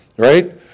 right